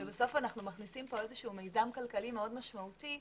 ובסוף אנו מכניסים פה מיזם כלכלי מאוד משמעותי.